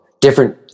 different